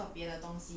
um